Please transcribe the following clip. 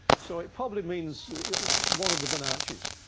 so it probably means one of the bonaccis.